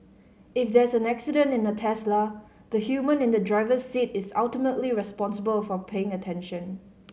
if there's an accident in a Tesla the human in the driver's seat is ultimately responsible for paying attention